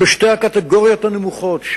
בשתי הקטגוריות הנמוכות,